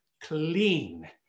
clean